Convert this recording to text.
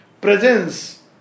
presence